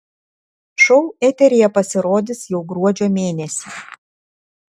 šou eteryje pasirodys jau gruodžio mėnesį